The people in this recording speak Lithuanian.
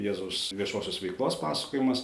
jėzaus viešosios veiklos pasakojimas